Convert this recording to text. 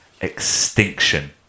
extinction